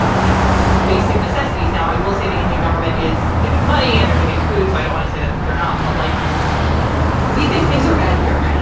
you know, basic necessities now, i will say the indian government is giving money and they're getting food. so i don't want to say that they're not. but like we think things are bad here.